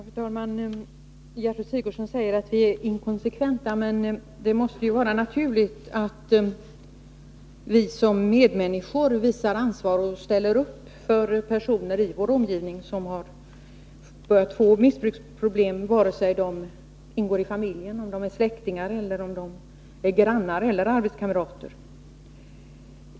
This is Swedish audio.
Fru talman! Gertrud Sigurdsen säger att vi är inkonsekventa, men det måste ju vara naturligt att vi som medmänniskor visar ansvar och ställer upp för personer i vår omgivning som har börjat få missbruksproblem, vare sig de ingår i familjen eller är släktingar, grannar eller arbetskamrater.